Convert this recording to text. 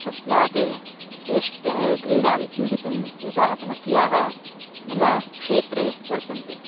तस्मात् स्वेष्टक्रीडां क्रीडितुम् एताः समस्याः मम क्षेत्रे वर्तन्ते